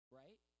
right